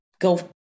go